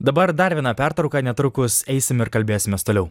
dabar dar viena pertrauka netrukus eisim ir kalbėsimės toliau